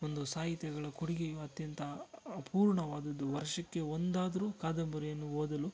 ಒಂದು ಸಾಹಿತಿಗಳ ಕೊಡುಗೆಯು ಅತ್ಯಂತ ಅಪೂರ್ಣವಾದದ್ದು ವರ್ಷಕ್ಕೆ ಒಂದಾದ್ರೂ ಕಾದಂಬರಿಯನ್ನು ಓದಲು